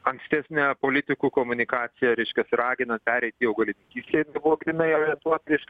ankstesnė politikų komunikacija reiškias ragino pereiti į augalininkystę jie buvo grynai orientuot reiškias